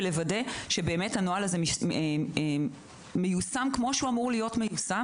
עלינו לוודא שהנוהל הזה מיושם כמו שהוא אמור להיות מיושם.